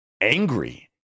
angry